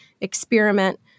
experiment